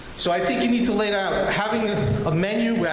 so i think you need to lay out, having a menu,